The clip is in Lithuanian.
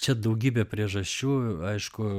čia daugybė priežasčių aišku